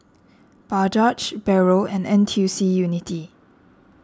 Bajaj Barrel and N T U C Unity